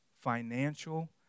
financial